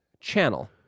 channel